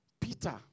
Peter